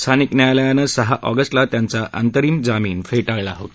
स्थानिक न्यायालयानं सहा ऑगस्टला त्याचा अंतरिम जामीन फेटाळला होता